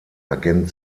agent